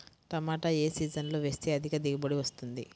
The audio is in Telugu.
టమాటా ఏ సీజన్లో వేస్తే అధిక దిగుబడి వస్తుంది?